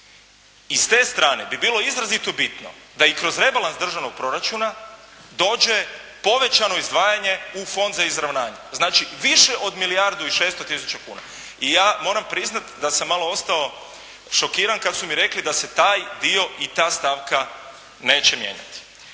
I s te strane bi bilo izrazito bitno da i kroz rebalans državnog proračuna dođe povećano izdvajanje u Fond za izravnanje, znači više od milijardu i 600 tisuća kuna. I ja moram priznat da sam malo ostao šokiran kada su mi rekli da se taj dio i ta stavka neće mijenjati.